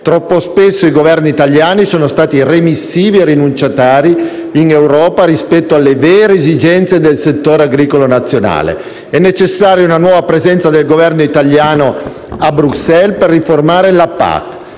Troppo spesso i Governi italiani sono stati remissivi e rinunciatari in Europa rispetto alle vere esigenze del settore agricolo nazionale. È necessaria una nuova presenza del Governo italiano a Bruxelles per riformare la PAC.